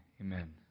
amen